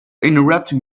interrupting